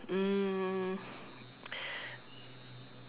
mm